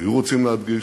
שהיו רוצים להדגיש,